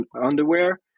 underwear